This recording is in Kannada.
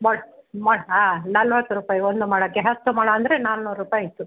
ಮೊಳ ಮೊಳ ಆಂ ನಲ್ವತ್ತು ರೂಪಾಯಿ ಒಂದು ಮೊಳಕ್ಕೆ ಹತ್ತು ಮೊಳ ಅಂದರೆ ನಾನೂರು ರೂಪಾಯಿ ಆಯಿತು